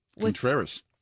Contreras